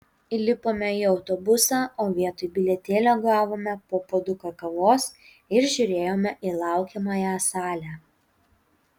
įlipome į autobusą o vietoj bilietėlio gavome po puoduką kavos ir žiūrėjome į laukiamąją salę